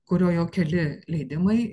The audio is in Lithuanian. kurio jau keli leidimai